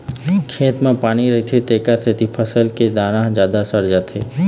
खेत म पानी रहिथे तेखर सेती फसल के दाना ह सर जाथे